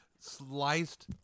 sliced